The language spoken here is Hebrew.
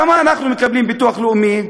כמה אנחנו מקבלים ביטוח לאומי?